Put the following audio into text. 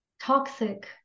toxic